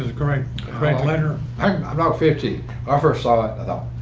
a great great letter. i'm about fifty offer saw i thought,